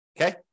Okay